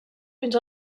fins